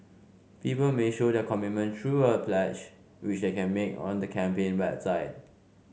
people may show their commitment through a pledge which they can make on the campaign website